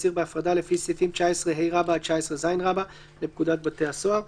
אסיר בהפרדה לפי סעיפים 19ה עד 19ז לפקודת בתי הסוהר,